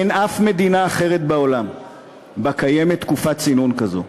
אין אף מדינה אחרת בעולם שקיימת בה תקופת צינון כזאת.